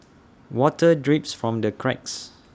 water drips from the cracks